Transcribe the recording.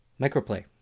Microplay